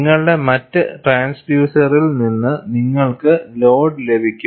നിങ്ങളുടെ മറ്റ് ട്രാൻസ്ഡ്യൂസറിൽ നിന്ന് നിങ്ങൾക്ക് ലോഡ് ലഭിക്കും